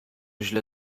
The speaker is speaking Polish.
źle